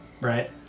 right